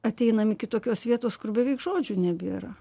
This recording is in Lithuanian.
ateinam iki tokios vietos kur beveik žodžių nebėra